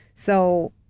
so,